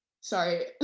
Sorry